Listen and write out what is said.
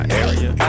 area